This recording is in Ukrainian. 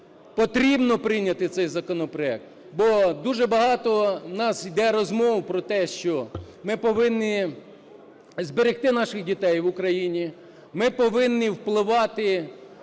потрібно прийняти цей законопроект. Бо дуже багато в нас йде розмов про те, що ми повинні зберегти наших дітей в Україні, ми повинні впливати